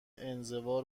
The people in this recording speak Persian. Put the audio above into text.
انزوا